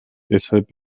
deshalb